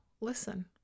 listen